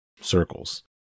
circles